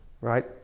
right